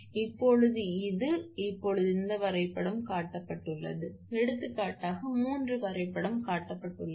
இப்போது இது இப்போது இந்த வரைபடம் காட்டப்பட்டுள்ளது எடுத்துக்காட்டாக மூன்று வரைபடம் காட்டப்பட்டுள்ளது